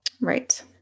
Right